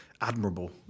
admirable